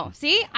see